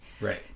Right